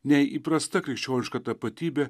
nei įprasta krikščioniška tapatybė